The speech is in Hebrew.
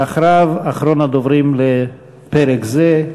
ואחריו, אחרון הדוברים לפרק זה,